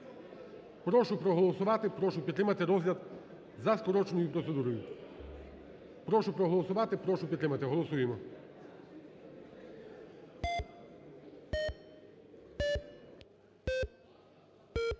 Прошу проголосувати, прошу підтримати розгляд за скороченою процедурою. Прошу проголосувати, прошу підтримати, голосуємо.